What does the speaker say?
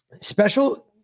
special